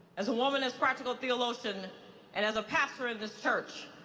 as a woman as practical theologian and as a pastor in this church,